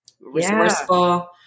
resourceful